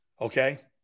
Okay